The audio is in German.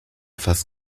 fast